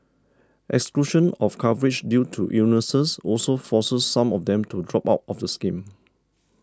exclusion of coverage due to illnesses also forces some of them to drop out of the scheme